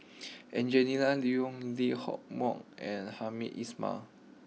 Angelina Liong Lee Hock Moh and Hamed Ismail